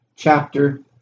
chapter